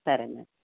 సరేనండి